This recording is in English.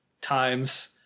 times